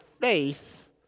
faith